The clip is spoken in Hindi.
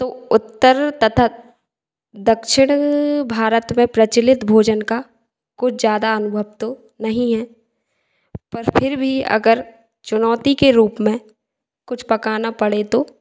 तो उत्तर तथा दक्षिणी भारत में प्रचलित भोजन का कुछ ज़्यादा अनुभव तो नहीं है पर फिर भी अगर चुनौती के रूप में कुछ पकाना पड़े तो